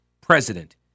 president